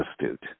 astute